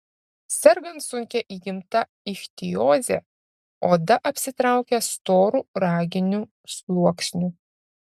sergant sunkia įgimta ichtioze oda apsitraukia storu raginiu sluoksniu